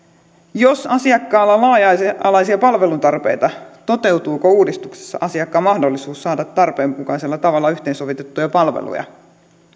jos asiakkaalla on laaja alaisia palvelutarpeita toteutuuko uudistuksessa asiakkaan mahdollisuus saada tarpeenmukaisella tavalla yhteensovitettuja palveluja